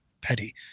petty